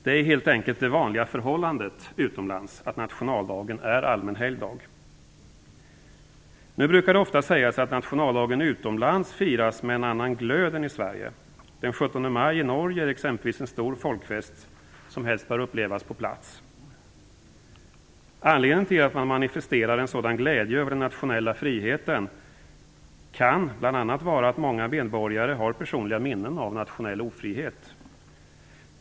Det är helt enkelt det vanliga förhållandet utomlands att nationaldagen är allmän helgdag. Det brukar ofta sägas att nationaldagen utomlands firas med en annan glöd än i Sverige. Den 17 maj i Norge är exempelvis en stor folkfest som helst bör upplevas på plats. Anledningen till att man manifesterar en sådan glädje över den nationella friheten kan bl.a. vara att många medborgare har personliga minnen av nationell ofrihet.